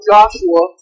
Joshua